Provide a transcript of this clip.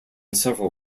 several